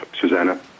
Susanna